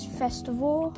festival